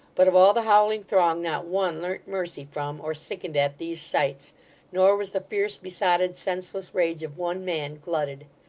but of all the howling throng not one learnt mercy from, or sickened at, these sights nor was the fierce, besotted, senseless rage of one man glutted.